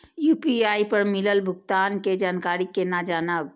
UPI पर मिलल भुगतान के जानकारी केना जानब?